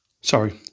Sorry